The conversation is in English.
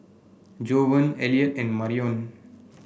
Jovan Elliot and Marion